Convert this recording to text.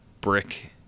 brick